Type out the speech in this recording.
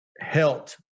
helped